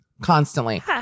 constantly